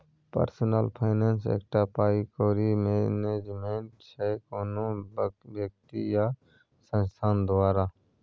personal finance एकटा पाइ कौड़ी मैनेजमेंट छै कोनो बेकती या संस्थान द्वारा